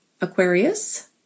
Aquarius